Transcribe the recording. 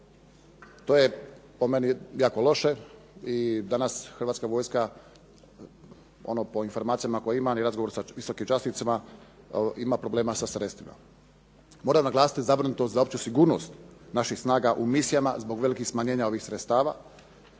To je po meni jako loše i danas Hrvatska vojska, ono po informacijama koje imam i razgovor sa visokim časnicima ima problema sa sredstvima. Moram naglasiti zabrinutost za opću sigurnost naših snaga u misijama zbog velikih smanjenja ovih sredstava